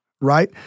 Right